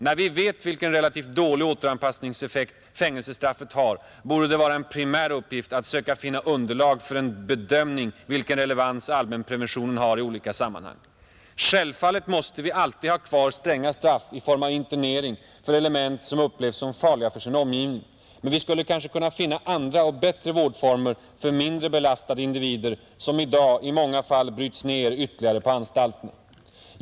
När vi vet vilken relativt dålig återanpassningseffekt fängelsestraffet har borde det vara en primär uppgift att söka finna underlag för en bedömning vilken relevans allmänpreventionen har i olika sammanhang. Självfallet måste vi alltid ha kvar stränga straff i form av internering för element som upplevs som farliga för sin omgivning, men vi skulle kanske kunna finna andra och bättre vårdformer för mindre belastade individer som i dag i många fall bryts ned ytterligare på anstalterna.